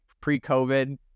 pre-COVID